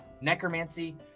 necromancy